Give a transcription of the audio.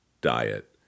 diet